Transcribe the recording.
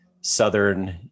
Southern